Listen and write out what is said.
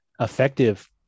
effective